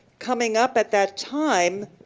coming up at that time,